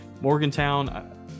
Morgantown